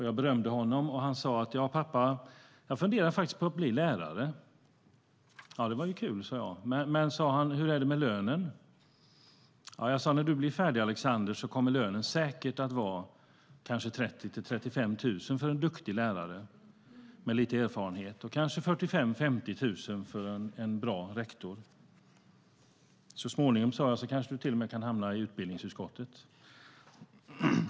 Jag berömde honom, och han sade: Ja, pappa, jag funderar faktiskt på att bli lärare. Det var ju kul, sade jag. Men, sade han, hur är det med lönen? Jag sade: När du blir färdig, Alexander, kommer lönen säkert att vara 30 000-35 000 för en duktig lärare med lite erfarenhet och kanske 45 000-50 000 för en bra rektor. Så småningom kan du till och med hamna i utbildningsutskottet.